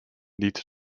niet